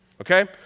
Okay